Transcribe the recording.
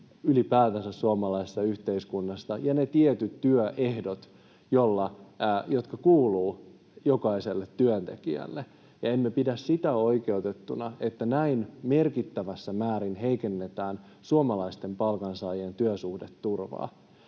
ylipäätänsä suomalaisessa yhteiskunnassa, ja ne tietyt työehdot, jotka kuuluvat jokaiselle työntekijälle. Emme pidä sitä oikeutettuna, että näin merkittävässä määrin heikennetään suomalaisten palkansaajien työsuhdeturvaa.